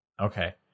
Okay